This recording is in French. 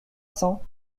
cents